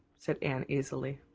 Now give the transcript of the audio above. said anne easily.